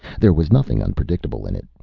there was nothing unpredictable in it.